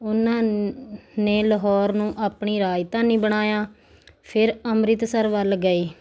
ਉਹਨਾਂ ਨੇ ਲਾਹੌਰ ਨੂੰ ਆਪਣੀ ਰਾਜਧਾਨੀ ਬਣਾਇਆ ਫਿਰ ਅੰਮ੍ਰਿਤਸਰ ਵੱਲ ਗਏ